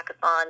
hackathon